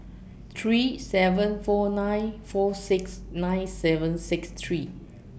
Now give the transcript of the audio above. three seven four nine four six nine seven six three